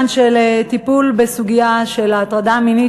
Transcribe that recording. הטיפול בסוגיה של ההטרדה המינית,